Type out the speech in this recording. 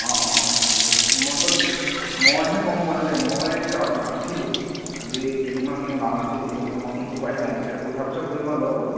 নিমন্ত্ৰণ নিমন্ত্ৰণ মই হে গম পোৱা নাই দেই মই গাঁৱত নাছিলোঁ আজি কেইদিনমান হৈছে মই গাঁৱত নাছিলোঁ এতিয়া মই তোমাৰ ফোনটো পাইহে গম পাইছোঁ এতিয়া সোধা পোছা কৰিম বাৰু ল'ৰাবোৰক